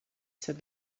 said